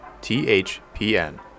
THPN